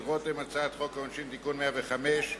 והצעת חוק העונשין (תיקון מס' 105)